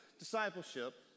discipleship